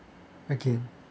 okay